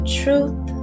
truth